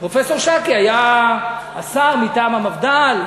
פרופסור שאקי היה השר מטעם המפד"ל.